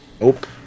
Nope